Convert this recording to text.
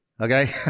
Okay